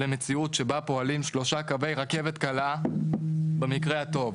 למציאות שבה פועלים שלושה קווי רכבת קלה במקרה הטוב,